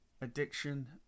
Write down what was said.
addiction